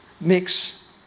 mix